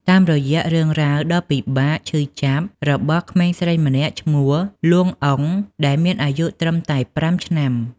តាមរយៈរឿងរ៉ាវដ៏ពិបាក ឈឺចាប់ របស់ក្មេងស្រីម្នាក់ឈ្មោះ លួង អ៊ុង ដែលមានអាយុត្រឹមតែ ៥ ឆ្នាំ។